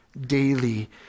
daily